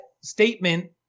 statement